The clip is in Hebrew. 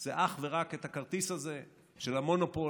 זה אך ורק את הכרטיס הזה של המונופול,